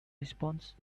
response